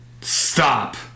Stop